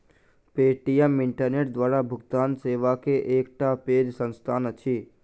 Paytm internet द्वारा भुगतान सेवा के एकटा पैघ संस्थान अछि